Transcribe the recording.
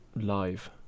live